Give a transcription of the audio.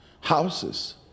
houses